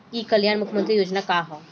ई कल्याण मुख्य्मंत्री योजना का है?